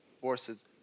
forces